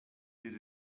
did